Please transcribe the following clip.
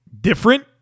different